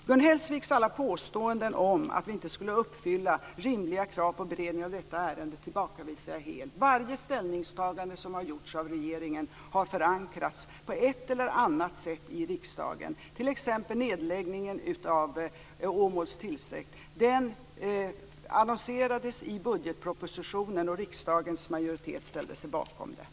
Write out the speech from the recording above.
Gun Hellsviks alla påståenden om att vi inte skulle uppfylla rimliga krav på beredning av detta ärende tillbakavisar jag helt. Varje ställningstagande som har gjorts av regeringen har förankrats på ett eller annat sätt i riksdagen. Nedläggningen av Åmåls tingsrätt annonserades t.ex. i budgetpropositionen, och riksdagens majoritet ställde sig bakom detta.